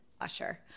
Usher